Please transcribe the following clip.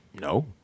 No